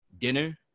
dinner